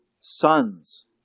sons